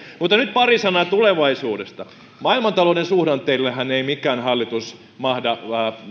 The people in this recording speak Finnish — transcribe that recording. mutta nyt pari sanaa tulevaisuudesta maailmantalouden suhdanteillehan ei mikään hallitus mahda